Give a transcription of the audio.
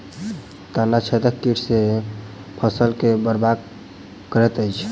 तना छेदक कीट केँ सँ फसल केँ बरबाद करैत अछि?